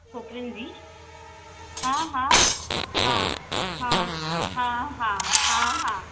छोकिरियुनि जी हा हा हा हा हा हा हा हा हा